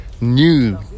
new